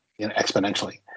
exponentially